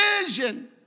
vision